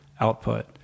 output